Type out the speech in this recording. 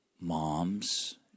Moms